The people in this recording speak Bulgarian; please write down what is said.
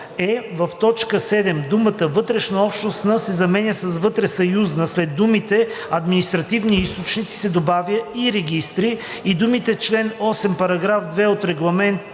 е) в т. 7 думата „вътрешнообщностна“ се заменя с „вътресъюзна“, след думите „административни източници“ се добавя „и регистри“ и думите „чл. 8, параграф 2 от Регламент